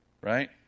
right